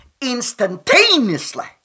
Instantaneously